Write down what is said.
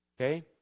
Okay